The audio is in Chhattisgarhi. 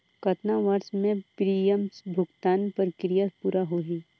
कतना वर्ष मे प्रीमियम भुगतान प्रक्रिया पूरा होही?